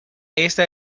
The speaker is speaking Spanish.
esta